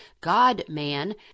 God-man